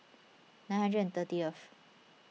nine hundred and thirtieth